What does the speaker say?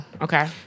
Okay